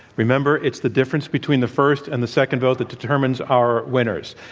remember, it's the difference between the first and the second vote that determines our winners.